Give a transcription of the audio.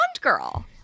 girl